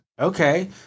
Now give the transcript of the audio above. okay